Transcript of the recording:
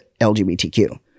lgbtq